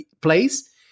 place